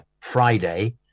Friday